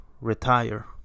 retire